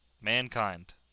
Mankind